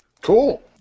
Cool